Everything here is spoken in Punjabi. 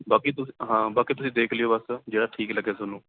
ਹਾਂਜੀ ਬਾਕੀ ਤੁਸੀਂ ਹਾਂ ਬਾਕੀ ਤੁਸੀਂ ਦੇਖ ਲਿਓ ਬਸ ਜਿਹੜਾ ਠੀਕ ਲੱਗਿਆ ਤੁਹਾਨੂੰ